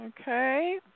Okay